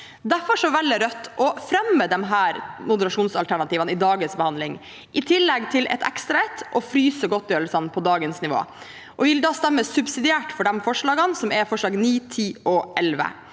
Derfor velger Rødt å fremme disse moderasjonsalternativene i dagens behandling, i tillegg til et ekstra forslag om å fryse godtgjørelsene på dagens nivå. Vi vil stemme subsidiært for forslagene nr. 9, 10 og 11